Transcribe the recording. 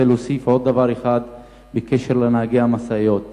אני רוצה להוסיף עוד דבר אחד בקשר לנהגי המשאיות.